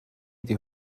ydy